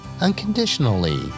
unconditionally